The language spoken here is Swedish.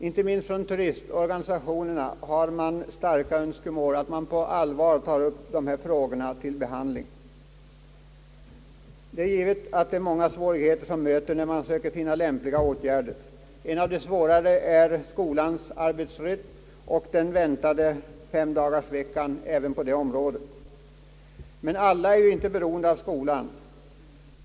Inte minst från turistorganisationerna har man starka önskemål om att de här nämnda frågorna upptas till behandling. Det är givet att många svårigheter möter när man söker finna lämpliga åtgärder. En av de största svårigheterna är skolans arbetsrytm och den kommande femdagarsveckan även där. Men alla är ju inte beroende av skolan.